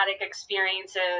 experiences